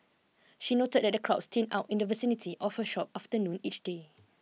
she noted that the crowds thin out in the vicinity of her shop after noon each day